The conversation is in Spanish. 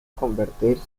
convertirse